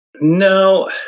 No